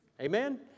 Amen